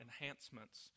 enhancements